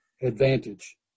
advantage